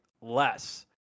less